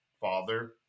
Father